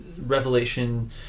revelation